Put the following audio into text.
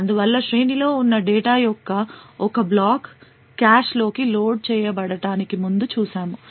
అందువల్ల శ్రేణిలో ఉన్న డేటా యొక్క ఒక బ్లాక్ కాష్లోకి లోడ్ చేయబడటానికి ముందు చూశాము